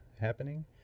happening